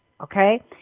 okay